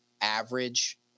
average